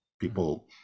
people